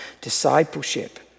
discipleship